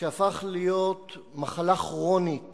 שהפך להיות מחלה כרונית